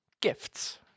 gifts